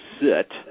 sit